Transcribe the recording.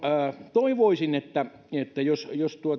toivoisin että jos jos